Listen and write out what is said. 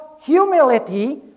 humility